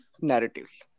narratives